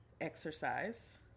exercise